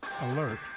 alert